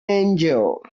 angel